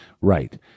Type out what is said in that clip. Right